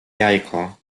jajko